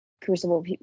crucible